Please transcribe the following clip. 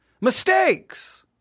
mistakes